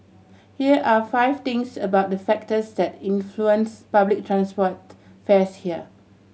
here are five things about the factors that influence public transport fares here